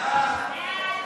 ההצעה